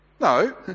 No